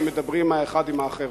שמדברים בטלפון?